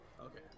Okay